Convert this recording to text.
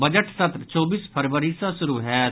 budget सत्र चौबीस फरवरी सॅ शुरु होयत